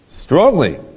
strongly